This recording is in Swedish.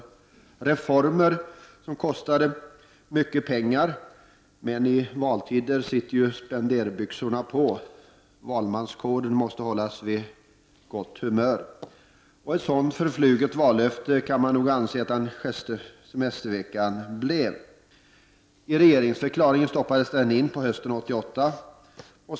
Det var reformer som kostade mycket pengar, men i valtider sitter ju spenderbyxorna på. Valmanskåren måste hållas på gott humör. Ett sådant förfluget vallöfte kan man nog anse att den sjätte semesterveckan blev. I regeringsförklaringen stoppades den in på hösten 1988.